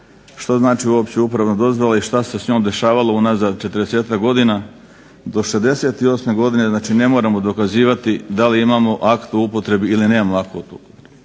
što znači uopće upravna dozvola i šta se s njom dešavalo unazad četrdesetak godina. Do '68. godine, znači ne moramo dokazivati da li imamo akt o upotrebi ili nemamo akt o upotrebi.